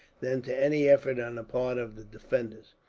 than to any effort on the part of the defenders.